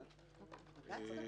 להסדיר.